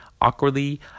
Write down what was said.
awkwardly